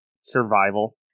Survival